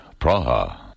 Praha